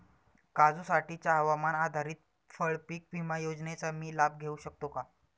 काजूसाठीच्या हवामान आधारित फळपीक विमा योजनेचा मी लाभ घेऊ शकतो का?